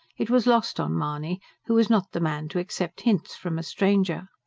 it was lost on mahony, who was not the man to accept hints from a stranger.